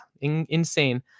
insane